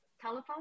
Telephone